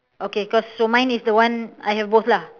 okay cause so mine is the one I have both lah